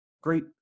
great